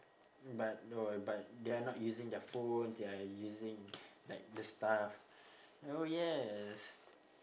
but no eh but they're not using their phones they're using like the stuff you know yes